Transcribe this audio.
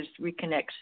reconnects